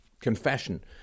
confession